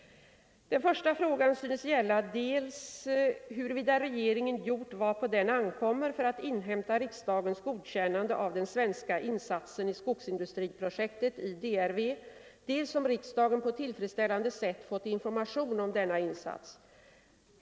Den första frågan synes gälla dels huruvida regeringen gjort vad på den ankommer för att inhämta riksdagens godkännande av den svenska insatsen i skogsindustriprojektet i DRV, dels om riksdagen på tillfredsställande sätt fått information om denna insats.